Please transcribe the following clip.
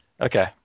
Okay